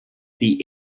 die